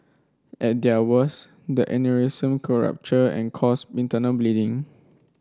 at their worst the aneurysm could rupture and cause internal bleeding